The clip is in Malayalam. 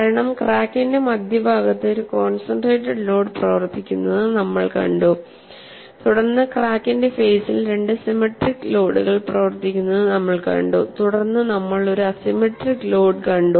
കാരണം ക്രാക്കിന്റെ മധ്യഭാഗത്ത് ഒരു കോൺസെൻട്രേറ്റഡ് ലോഡ് പ്രവർത്തിക്കുന്നത് നമ്മൾ കണ്ടു തുടർന്ന് ക്രാക്കിന്റെ ഫേസിൽ രണ്ട് സിമെട്രിക് ലോഡുകൾ പ്രവർത്തിക്കുന്നത് നമ്മൾ കണ്ടു തുടർന്ന് നമ്മൾ ഒരു അസിമെട്രിക് ലോഡ് കണ്ടു